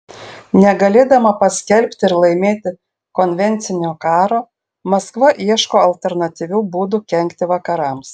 negalėdama paskelbti ir laimėti konvencinio karo maskva ieško alternatyvių būdų kenkti vakarams